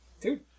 dude